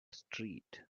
street